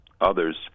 others